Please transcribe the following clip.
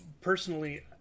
personally